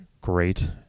great